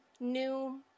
new